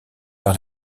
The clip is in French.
par